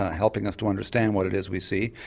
helping us to understand what it is we see.